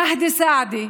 מהדי סעדי,